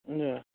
हजुर